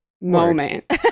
moment